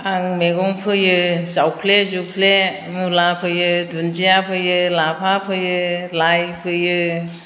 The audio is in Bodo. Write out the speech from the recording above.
आं मैगं फोयो जावफ्ले जुवफ्ले मुला फोयो दुन्दिया फोयो लाफा फोयो लाय फोयो